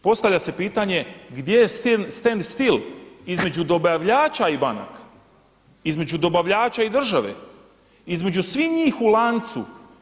Postavlja se pitanje gdje je standstill između dobavljača i banaka, između dobavljača i države, između svih njih u lancu?